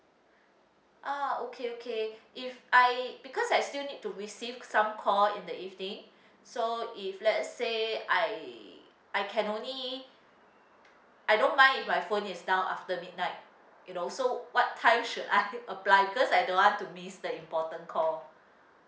ah okay okay if I because I still need to receive some call in the evening so if let say I I can only I don't mind if my phone is down after midnight you know so what time should I apply because I don't want to miss the important call